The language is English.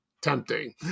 tempting